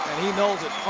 he knows it.